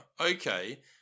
okay